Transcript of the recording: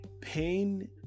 pain